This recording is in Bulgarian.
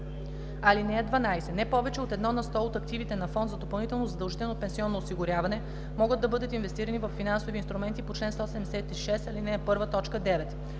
т. 8. (12) Не повече от 1 на сто от активите на фонд за допълнително задължително пенсионно осигуряване могат да бъдат инвестирани във финансови инструменти по чл. 176, ал. 1, т. 9.